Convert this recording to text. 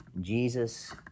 Jesus